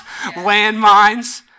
landmines